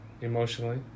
emotionally